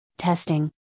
testing